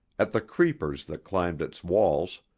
at the creepers that climbed its walls,